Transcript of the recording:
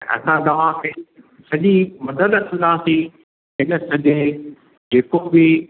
असां तव्हां खे सॼी मदद कंदासीं हिन सॼे जेको बि